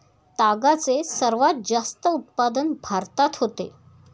तागाचे सर्वात जास्त उत्पादन भारतात होते